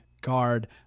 guard